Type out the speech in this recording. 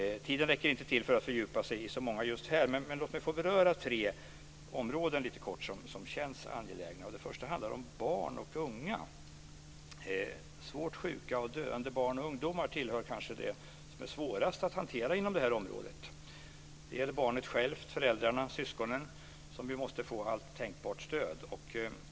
Tiden räcker inte till för att fördjupa sig i så många just här, men låt mig kort få beröra tre områden som känns angelägna. Det första handlar om barn och unga. Svårt sjuka och döende barn och ungdomar tillhör kanske det som är svårast att hantera inom det här området. Det gäller barnet självt, föräldrarna och syskonen, som ju måste få allt tänkbart stöd.